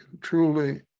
truly